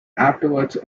afterwards